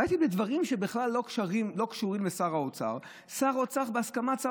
ראיתי בדברים שבכלל לא קשורים לשר האוצר: שר האוצר,